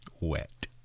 wet